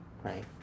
right